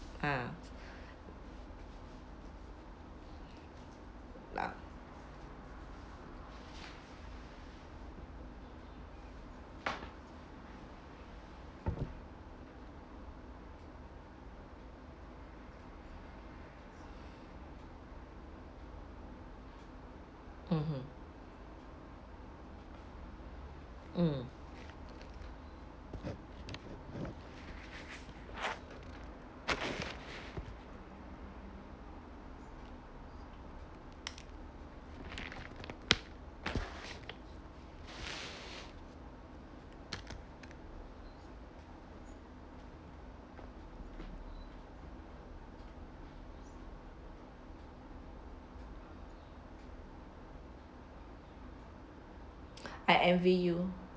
ah mmhmm mm I envy you